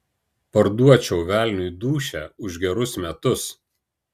parduočiau velniui dūšią už gerus metus